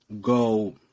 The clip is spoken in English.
go